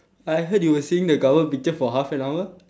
I heard you were saying the cover picture for half an hour